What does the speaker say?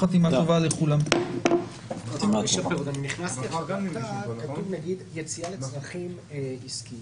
הישיבה ננעלה בשעה 13:25.